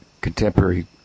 contemporary